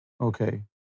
Okay